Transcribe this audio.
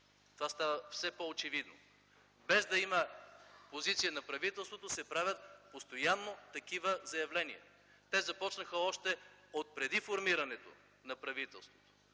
Това става все по-очевидно. Без да има позиция на правителството, постоянно се правят такива заявления. Те започнаха още преди формирането на правителството